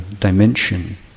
dimension